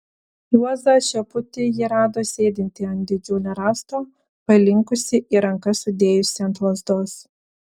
juozą šeputį ji rado sėdintį ant didžiulio rąsto palinkusį ir rankas sudėjusį ant lazdos